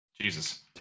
Jesus